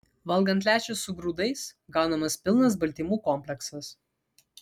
valgant lęšius su grūdais gaunamas pilnas baltymų kompleksas